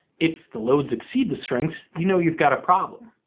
if the loads exceed the strengths, you know you've got a problem.